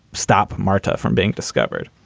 stop marta from being discovered.